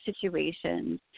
situations